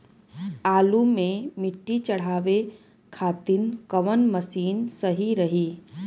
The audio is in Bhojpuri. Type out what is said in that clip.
आलू मे मिट्टी चढ़ावे खातिन कवन मशीन सही रही?